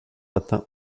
atteint